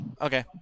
Okay